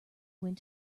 went